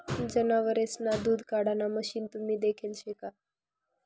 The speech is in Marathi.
जनावरेसना दूध काढाण मशीन तुम्ही देखेल शे का?